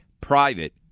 private